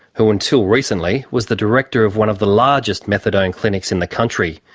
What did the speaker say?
who until recently was the director of one of the largest methadone clinics in the country,